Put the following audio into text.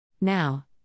Now